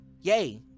yay